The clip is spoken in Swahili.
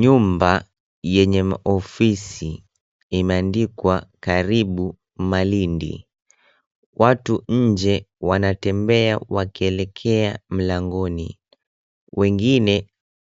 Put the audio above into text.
Nyumba yenye ofisi imeandikwa, "Karibu Malindi". Watu nje wanatembea wakielekea mlangoni, wengine